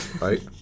right